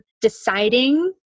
deciding